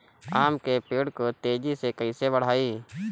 आम के पेड़ को तेजी से कईसे बढ़ाई?